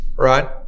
Right